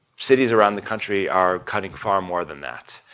cities around the country are cutting far more than that.